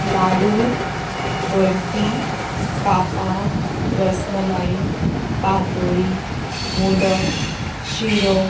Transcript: लाडू बर्फी कापां रसमलाई पातोळी मोदक शिरो